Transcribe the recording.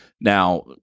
Now